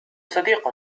صديق